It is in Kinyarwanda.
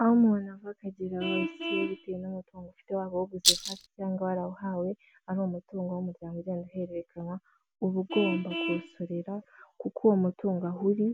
Aho umuntu ava kagera wese bitewe n'umutungo mu ufite wabo wbuzezefate cyangwa warawuhawe ari umutungo w'umuryango ugenda uhererekanwa, uba ugomba kuwusorera kuko uwo mutungo uri